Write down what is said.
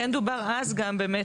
כן דובר אז באמת,